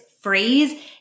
phrase